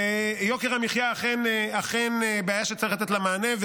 יוקר המחיה אכן הוא בעיה שצריך לתת לה מענה,